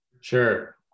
Sure